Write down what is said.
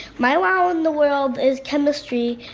my wow in the world is chemistry.